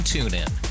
TuneIn